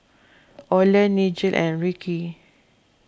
Oland Nigel and Ricky